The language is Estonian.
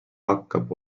hakkab